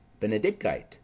benedictite